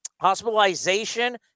Hospitalization